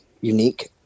unique